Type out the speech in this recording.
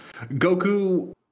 Goku